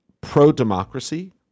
pro-democracy